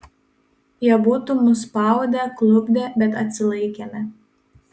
jie būtų mus spaudę klupdę bet atsilaikėme